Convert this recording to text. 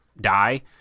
die